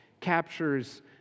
captures